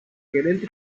gerente